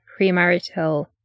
premarital